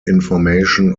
information